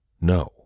No